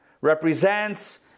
represents